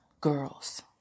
girls